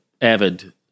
avid